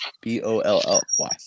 B-O-L-L-Y